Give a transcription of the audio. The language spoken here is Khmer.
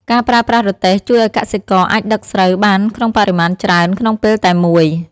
ការប្រើប្រាស់រទេះជួយឱ្យកសិករអាចដឹកស្រូវបានក្នុងបរិមាណច្រើនក្នុងពេលតែមួយ។